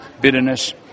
bitterness